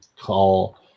call